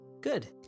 good